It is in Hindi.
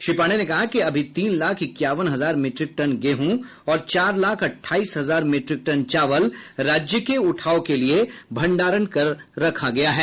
श्री पांडेय ने कहा कि अभी तीन लाख इक्यावन हजार मीट्रिक टन गेहूं और चार लाख अठाईस हजार मीट्रिक टन चावल राज्य के उठाव के लिये भंडारण कर रखा गया है